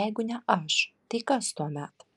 jeigu ne aš tai kas tuomet